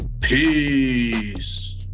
Peace